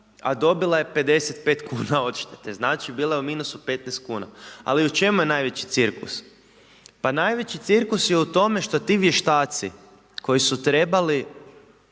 a dobila je 55 kn odštete. Znači bila je u minusu 15 kn. Ali u čemu je najveći cirkus? Pa najveći cirkus je u tome što ti vještaci koji su trebali